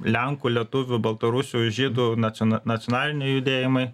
lenkų lietuvių baltarusių žydų naciona nacionaliniai judėjimai